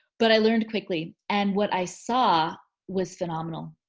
but i learned quickly and what i saw was phenomenal.